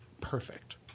perfect